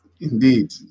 Indeed